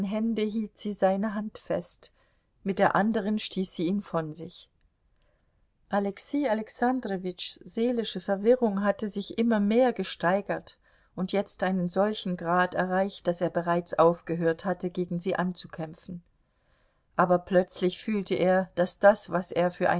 hielt sie seine hand fest mit der anderen stieß sie ihn von sich alexei alexandrowitschs seelische verwirrung hatte sich immer mehr gesteigert und jetzt einen solchen grad erreicht daß er bereits aufgehört hatte gegen sie anzukämpfen aber plötzlich fühlte er daß das was er für